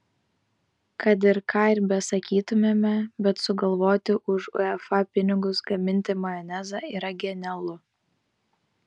kad ir ką ir besakytumėme bet sugalvoti už uefa pinigus gaminti majonezą yra genialu